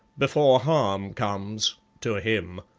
before harm comes to him.